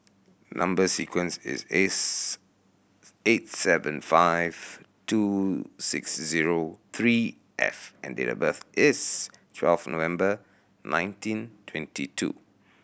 number sequence is S eight seven five two six zero three F and date of birth is twelve November nineteen twenty two